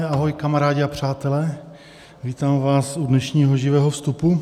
Ahoj, kamarádi a přátelé, vítám vás u dnešního živého vstupu.